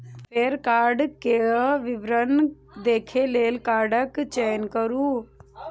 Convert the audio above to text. फेर कार्डक विवरण देखै लेल कार्डक चयन करू